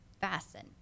Fasten